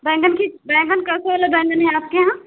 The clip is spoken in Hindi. बैंगन किस बैंगन कैसे लगाए मैंने आपके यहाँ